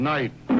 Night